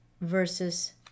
versus